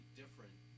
different